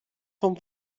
vom